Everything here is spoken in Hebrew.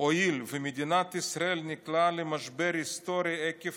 "הואיל ומדינת ישראל נקלעה למשבר היסטורי עקב